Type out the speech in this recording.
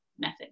method